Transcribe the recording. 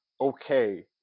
okay